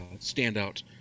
standout